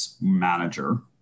manager